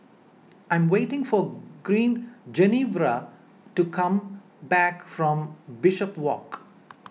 I am waiting for green Genevra to come back from Bishopswalk